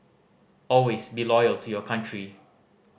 always be loyal to your country